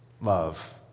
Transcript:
love